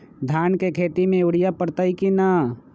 धान के खेती में यूरिया परतइ कि न?